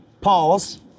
Pause